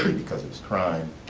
because of his crime.